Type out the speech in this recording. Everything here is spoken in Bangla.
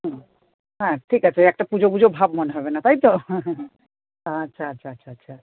হুম হ্যাঁ ঠিক আছে ওই একটা পুজো পুজো ভাব মনে হবে না তাই তো আচ্ছা আচ্ছা আচ্ছা আচ্ছা